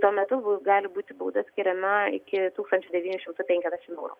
tuo metu gali būti bauda skiriama iki tūkstančio devynių šimtų penkiasdešimt eurų